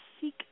seek